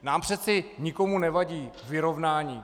Nám přeci nikomu nevadí vyrovnání.